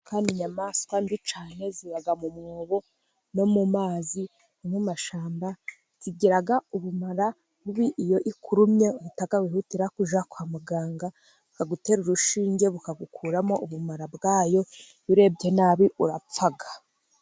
Inzoka ni inyamaswa mbi cyane ziba mu mwobo no mu mazi, no mu mashyamba. Zigira ubumara bubi. Iyo ikurumye uhita wihutira kujya kwa muganga, bakagutera urushinge rukagukuramo ubumara bwayo. Urebye nabi urapfa.